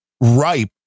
ripe